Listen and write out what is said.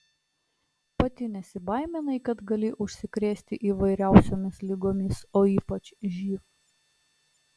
pati nesibaiminai kad gali užsikrėsti įvairiausiomis ligomis o ypač živ